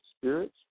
spirits